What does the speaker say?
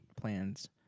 plans